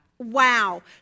Wow